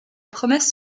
promesse